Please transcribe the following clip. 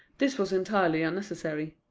this was entirely unnecessary.